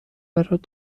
برات